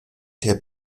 der